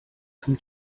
come